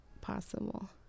possible